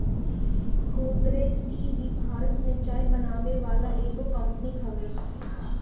Godrej tea भी भारत में चाय बनावे वाला एगो कंपनी हवे